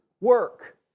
work